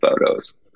photos